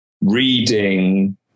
reading